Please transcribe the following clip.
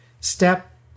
step